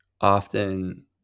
often